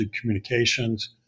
communications